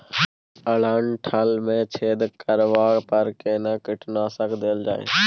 डंठल मे छेद करबा पर केना कीटनासक देल जाय?